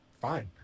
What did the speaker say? fine